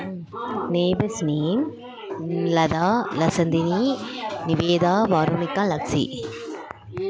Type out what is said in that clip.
neighbours name Latha Lasathini Nivetha Varunika Lakshi